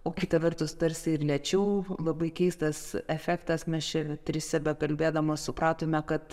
o kita vertus tarsi ir lėčiau labai keistas efektas mes čia trise bekalbėdamos supratome kad